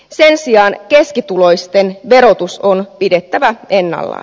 sen sijaan keskituloisten verotus on pidettävä ennallaan